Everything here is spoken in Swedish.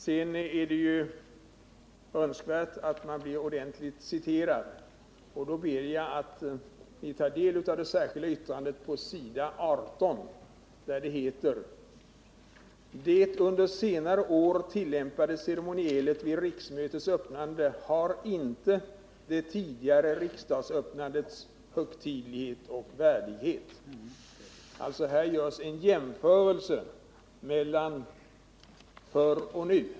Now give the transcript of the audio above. Det är f. ö. önskvärt att man blir ordentligt citerad, och därför ber jag att alla tar del av det särskilda yttrandet på s. 18, där det heter: ”Det under senare år tillämpade ceremonielet vid riksmötets öppnande har 111 inte det tidigare riksdagsöppnandets högtidlighet och värdighet.” Här görs alltså en jämförelse mellan förr och nu.